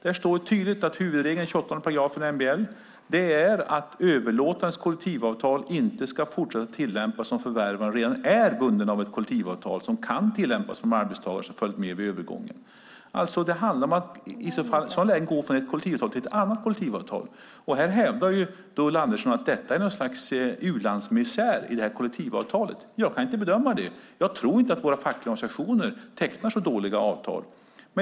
Där står det tydligt att huvudregeln i § 28 MBL är att överlåtarens kollektivavtal inte ska fortsätta att tillämpas om förvärvaren redan är bunden av ett kollektivavtal som kan tillämpas för en arbetstagare som följt med vid övergången. Det handlar alltså i ett sådant läge om att gå från ett kollektivavtal till ett annat kollektivavtal. Ulla Andersson hävdar att det här kollektivavtalet innebär något slags u-landsmisär. Jag kan inte bedöma det. Jag tror inte att våra fackliga organisationer tecknar så dåliga avtal.